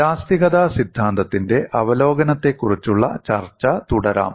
ഇലാസ്തികത സിദ്ധാന്തത്തിന്റെ അവലോകനത്തെക്കുറിച്ചുള്ള ചർച്ച തുടരാം